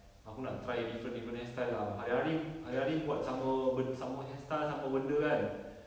aku nak try different different hairstyle lah hari-hari hari-hari buat sama ben~ sama hairstyle sama benda kan